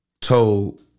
told